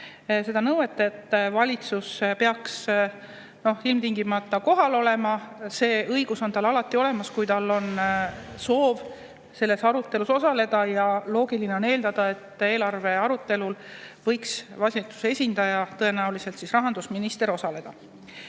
lisada nõuet, et valitsus peaks ilmtingimata kohal olema. See õigus on tal alati olemas, kui tal on soov arutelus osaleda, ja loogiline on eeldada, et eelarve arutelul võiks osaleda valitsuse esindaja, tõenäoliselt rahandusminister.